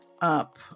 up